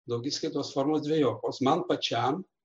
daugiskaitos formos dvejopos man pačiam